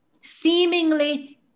seemingly